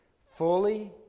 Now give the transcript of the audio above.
fully